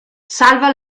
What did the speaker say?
salva